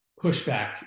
pushback